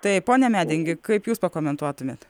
tai pone medingi kaip jūs pakomentuotumėt